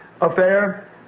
affair